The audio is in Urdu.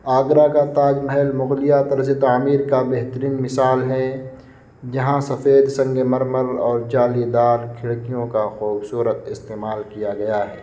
آگرہ کا تاج محل مغلیہ طرز تعمیر کا بہترین مثال ہے جہاں سفید سنگ مرر اور جالی دار کھڑکیوں کا خوبصورت استعمال کیا گیا ہے